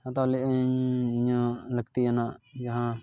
ᱤᱧᱟᱹᱜ ᱞᱟᱹᱠᱛᱤᱭᱟᱱᱟᱜ ᱡᱟᱦᱟᱸ